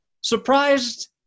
surprised